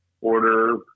order